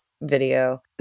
video